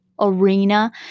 arena